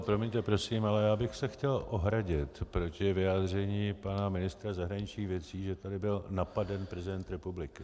Promiňte, prosím, ale já bych se chtěl ohradit proti vyjádření pana ministra zahraničních věcí, že tady byl napaden prezident republiky.